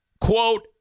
Quote